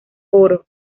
coro